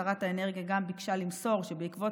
שרת האנרגיה גם ביקשה למסור שבעקבות